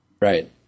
right